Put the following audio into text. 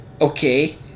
okay